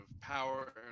power